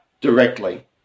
directly